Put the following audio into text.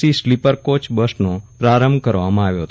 C sleeper કોય બસનો પ્રારંભ કરવામાં આવ્યો હતો